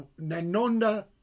Nanonda